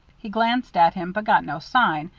he glanced at him, but got no sign,